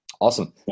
awesome